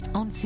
on